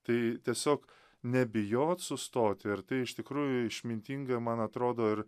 tai tiesiog nebijot sustoti ir tai iš tikrųjų išmintinga man atrodo ir